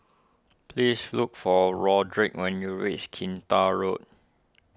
please look for Rodrick when you reach Kinta Road